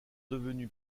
devenue